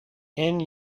end